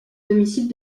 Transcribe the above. domicile